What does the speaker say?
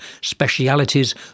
specialities